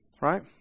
Right